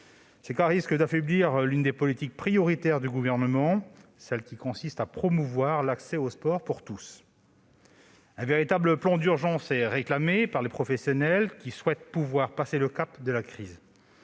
Ces cas risquent d'affaiblir l'une des politiques prioritaires du Gouvernement, à savoir la promotion de l'accès au sport pour tous. Un véritable plan d'urgence est réclamé par les professionnels, qui souhaitent pouvoir passer le cap de la crise.